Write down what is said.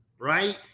right